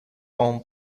own